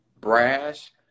brash